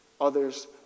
others